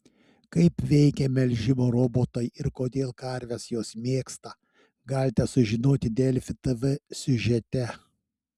kaip veikia melžimo robotai ir kodėl karves juos mėgsta galite sužinoti delfi tv siužete